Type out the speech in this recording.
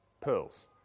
pearls